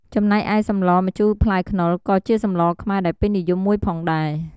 ចំណេកឯសម្លម្ជូរផ្លែខ្នុរ ក៏ជាសម្លខ្មែរ ដែលពេញនិយមមួយផងដែរ។